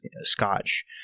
scotch